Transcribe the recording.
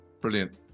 Brilliant